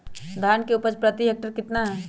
धान की उपज प्रति हेक्टेयर कितना है?